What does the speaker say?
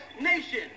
nation